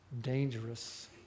dangerous